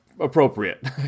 appropriate